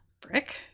Brick